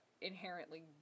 inherently